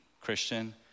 Christian